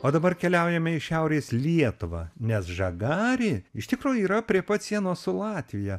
o dabar keliaujame į šiaurės lietuvą nes žagarė iš tikro yra prie pat sienos su latvija